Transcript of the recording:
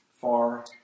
far